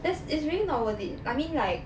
that's is really not worth it I mean like